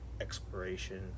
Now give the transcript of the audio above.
exploration